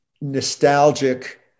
nostalgic